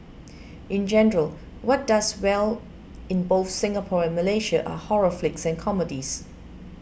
in general what does well in both Singapore and Malaysia are horror flicks and comedies